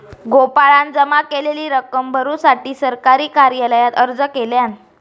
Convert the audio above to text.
गोपाळान जमा केलेली रक्कम भरुसाठी सरकारी कार्यालयात अर्ज केल्यान